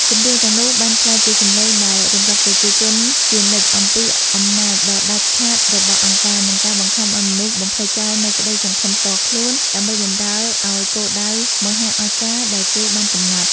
ចម្រៀងទាំងនោះបានក្លាយជាសម្លេងដែលរំលឹកប្រជាជនជានិច្ចអំពីអំណាចដ៏ដាច់ខាតរបស់ អង្គការ និងការបង្ខំឱ្យមនុស្សបំភ្លេចចោលនូវក្តីសង្ឃឹមផ្ទាល់ខ្លួន ដើម្បីបម្រើឱ្យគោលដៅមហាអស្ចារ្យដែលគេបានកំណត់។។